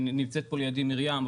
נמצאת פה לידי מרים,